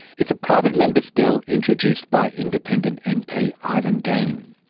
it's a private member's bill introduced by independent mp ivan dean.